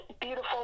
beautiful